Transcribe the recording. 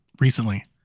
recently